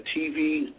TV